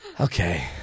Okay